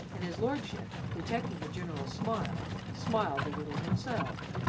and his lordship, detecting the general smile, smiled a little himself.